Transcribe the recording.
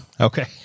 Okay